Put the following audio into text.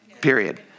period